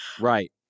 Right